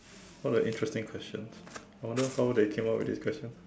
what an interesting question I wonder how they came up with this question